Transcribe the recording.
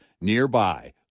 nearby